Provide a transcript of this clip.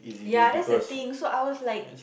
ya that's the thing so I was like